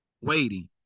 Waiting